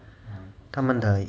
他们的